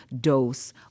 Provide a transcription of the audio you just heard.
dose